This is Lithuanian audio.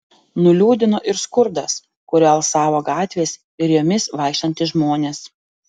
nuliūdino ir skurdas kuriuo alsavo gatvės ir jomis vaikštantys žmonės